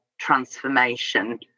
transformation